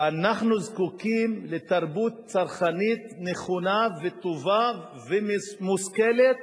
ואנחנו זקוקים לתרבות צרכנית נכונה וטובה ומושכלת